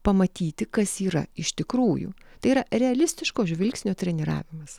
pamatyti kas yra iš tikrųjų tai yra realistiško žvilgsnio treniravimas